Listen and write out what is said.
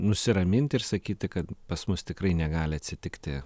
nusiraminti ir sakyti kad pas mus tikrai negali atsitikti